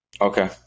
Okay